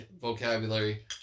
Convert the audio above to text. vocabulary